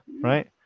Right